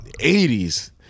80s